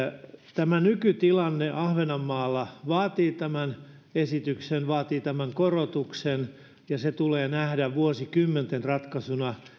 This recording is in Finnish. tämä nykytilanne ahvenanmaalla vaatii tämän esityksen vaatii tämän korotuksen ja se tulee nähdä vuosikymmenten ratkaisuna